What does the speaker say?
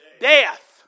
Death